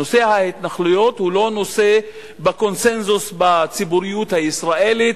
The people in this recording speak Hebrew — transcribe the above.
נושא ההתנחלויות הוא לא בקונסנזוס בציבוריות הישראלית.